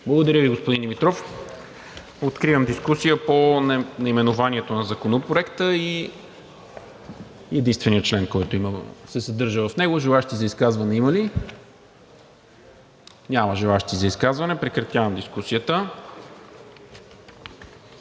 Благодаря Ви, господин Димитров. Откривам дискусията по наименованието на Законопроекта и единствения член, който се съдържа в него. Желаещи за изказване има ли? Няма. Подлагам на гласуване наименованието